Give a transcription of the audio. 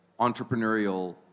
entrepreneurial